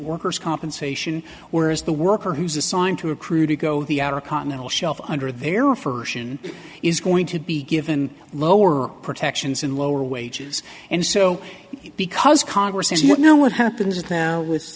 workers compensation whereas the worker who's assigned to a crew to go the outer continental shelf under their first in is going to be given lower protections and lower wages and so because congress is not know what happens now with